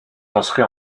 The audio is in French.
construit